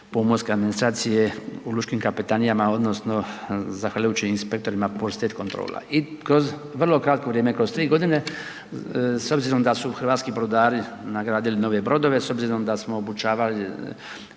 pomorske administracije u lučkim kapetanijama odnosno zahvaljujući inspektorima .../Govornik se ne razumije./... kontrola. I kroz vrlo kratko vrijeme, kroz 3 godine, s obzirom da su hrvatski brodari nagradili nove brodove, s obzirom da smo obučavali